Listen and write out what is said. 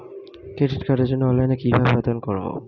Credit কার্ডের জন্য অনলাইনে কিভাবে আবেদন করব?